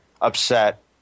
upset